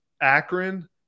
Akron